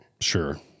Sure